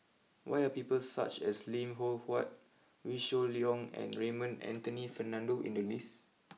why are people such as Lim Loh Huat Wee Shoo Leong and Raymond Anthony Fernando in the list